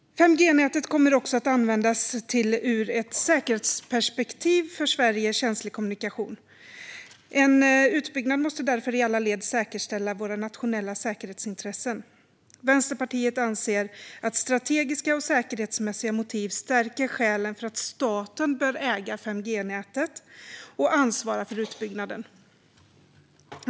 5G-nätet kommer också att användas till kommunikation som ur ett säkerhetsperspektiv är känslig för Sverige. En utbyggnad måste därför i alla led säkerställa våra nationella säkerhetsintressen. Vänsterpartiet anser att strategiska och säkerhetsmässiga motiv stärker skälen för att staten bör äga 5G-nätet och ansvara för utbyggnaden.